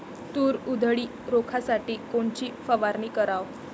तूर उधळी रोखासाठी कोनची फवारनी कराव?